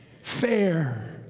Fair